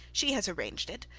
she has arranged it,